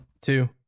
two